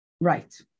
Right